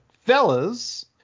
Fellas